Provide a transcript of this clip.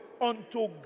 unto